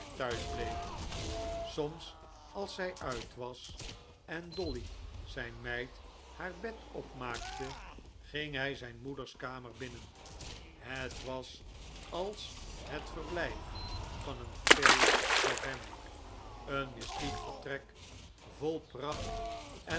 thuis bleef soms als zij uit was en dolly zijn meid haar bed opmaakte ging hij zijn moeders kamer binnen het was als het verblijf van een fee voor hem een mystiek vertrek vol pracht